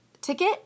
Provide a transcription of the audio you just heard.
ticket